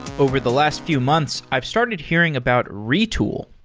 over the last few months, i've started hearing about retool.